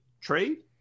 trade